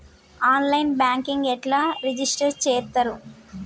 On line banking ఎట్లా register చేత్తరు?